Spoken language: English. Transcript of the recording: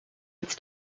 its